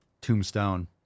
Tombstone